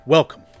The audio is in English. Welcome